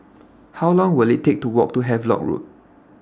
How Long Will IT Take to Walk to Havelock Road